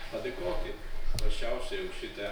padėkoti paprasčiausiai už šitą